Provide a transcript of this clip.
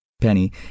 Penny